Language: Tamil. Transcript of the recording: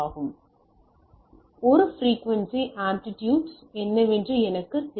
இங்கே இது ஒரு பிரிக்குவென்சி மற்றும் ஆம்ப்ளிடியூட்ஸ் என்னவென்று எனக்குத் தெரியும்